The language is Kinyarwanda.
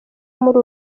muri